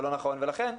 זה מחזק את העמדה שלי.